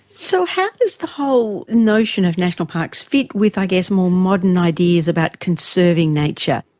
so how does the whole notion of national parks fit with i guess more modern ideas about conserving nature?